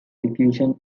diffusion